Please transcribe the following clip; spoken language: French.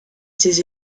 ses